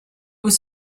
was